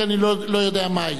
כי אני לא יודע מהי.